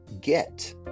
get